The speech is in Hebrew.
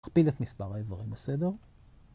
‫הכפיל את מספר האברים בסדר.